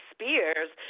Spears